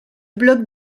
bloc